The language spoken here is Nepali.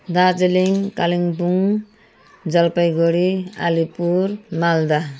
दार्जिलिङ कालिम्पोङ जलपाइगुडी आलेपुर मालदा